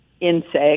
insect